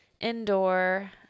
indoor